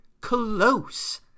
close